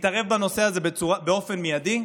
לשר האוצר להתערב בנושא הזה באופן מיידי.